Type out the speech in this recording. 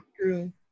True